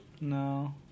No